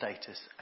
status